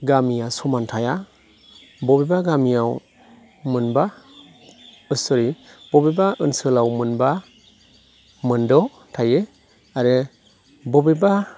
गामिया समान थाया बबेबा गामियाव मोनबा सरि बबेबा ओनसोलाव मोनबा मोन द' थायो आरो बबेबा